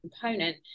component